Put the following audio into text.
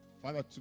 Father